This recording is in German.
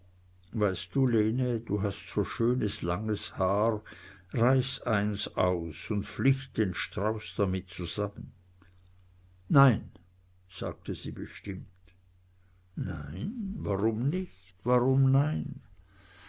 weißt du lene du hast so schönes langes haar reiß eins aus und flicht den strauß damit zusammen nein sagte sie bestimmt nein warum nicht warum nein